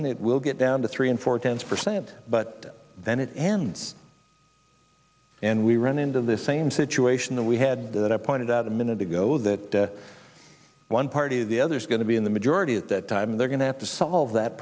in it will get down to three and four tenths percent but then it ends and we run into the same situation that we had that i pointed out a minute ago that one party or the other is going to be in the majority at that time and they're going to have to solve that